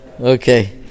okay